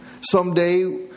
Someday